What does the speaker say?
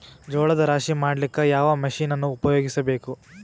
ಜೋಳದ ರಾಶಿ ಮಾಡ್ಲಿಕ್ಕ ಯಾವ ಮಷೀನನ್ನು ಉಪಯೋಗಿಸಬೇಕು?